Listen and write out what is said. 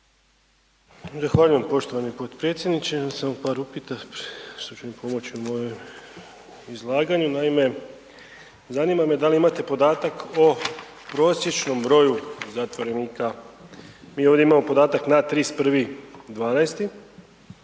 Zahvaljujem poštovani potpredsjedniče. Samo par upita .../Govornik se ne razumije./... izlaganju naime, zanima me da li imate podatak o prosječnom broju zatvorenika. Mi ovdje imamo podatak na 31.12.